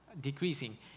decreasing